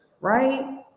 right